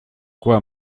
quoi